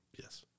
yes